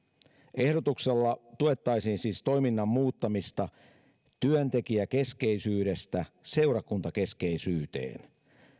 ehdotuksella tuettaisiin siis toiminnan muuttamista työntekijäkeskeisyydestä seurakuntakeskeisyyteen